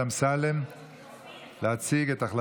חברי הכנסת,